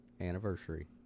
anniversary